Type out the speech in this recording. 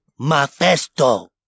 Mafesto